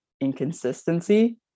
inconsistency